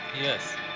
Yes